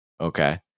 okay